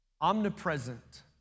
Omnipresent